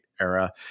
era